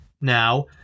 now